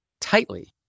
tightly